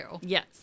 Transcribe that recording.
Yes